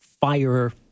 fire